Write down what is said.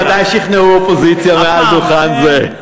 מתי שכנעו אופוזיציה מעל דוכן זה?